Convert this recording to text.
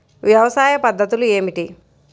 వ్యవసాయ పద్ధతులు ఏమిటి?